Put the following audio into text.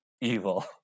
evil